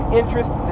interest